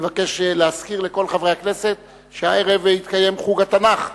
אני מבקש להזכיר לכל חברי הכנסת שהערב יתקיים חוג התנ"ך,